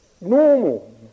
normal